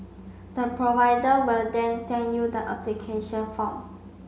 the provider will then send you the application form